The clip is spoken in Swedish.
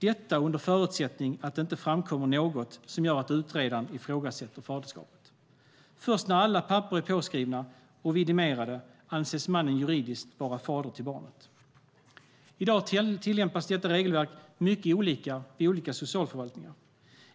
Detta sker under förutsättning att det inte framkommer något som gör att utredaren ifrågasätter faderskapet. Först när alla papper är påskrivna och vidimerade anses mannen juridiskt vara fader till barnet. I dag tillämpas regelverket mycket olika vid olika socialförvaltningar.